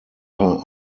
paar